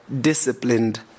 Disciplined